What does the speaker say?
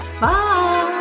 bye